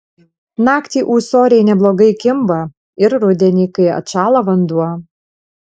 naktį ūsoriai neblogai kimba ir rudenį kai atšąla vanduo